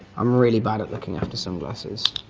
i'm really bad at looking after sunglasses.